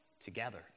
together